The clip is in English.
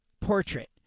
portrait